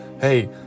Hey